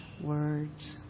words